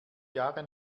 jahre